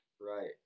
Right